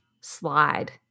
slide